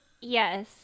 yes